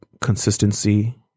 consistency